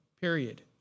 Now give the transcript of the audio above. period